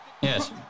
Yes